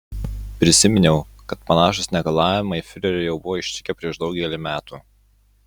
prisiminiau kad panašūs negalavimai fiurerį jau buvo ištikę prieš daugelį metų